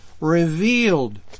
revealed